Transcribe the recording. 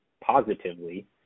positively